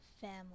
family